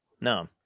No